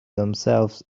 themselves